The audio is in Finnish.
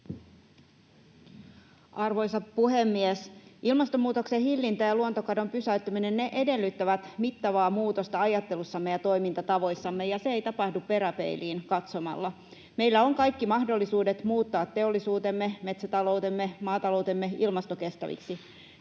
Arvoisa puhemies! Ilmastonmuutoksen hillintä ja luontokadon pysäyttäminen edellyttävät mittavaa muutosta ajattelussamme ja toimintatavoissamme, ja se ei tapahdu peräpeiliin katsomalla. Meillä on kaikki mahdollisuudet muuttaa teollisuutemme, metsätaloutemme ja maataloutemme ilmastokestäviksi.